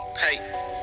Hey